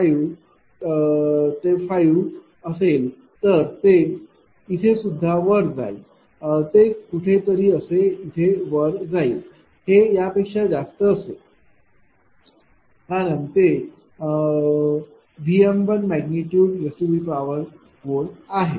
0 ते 5 असेल तर ते इथे सुद्धा वर जाईल ते कुठेतरी असे वर जाईल हे यापेक्षा जास्त असेल कारण ते Vm14 आहे